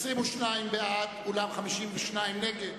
22 בעד, אולם 52 נגד,